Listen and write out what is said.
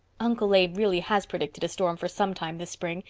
uncle abe really has predicted a storm for sometime this spring,